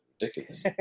Ridiculous